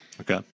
Okay